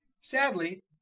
Sadly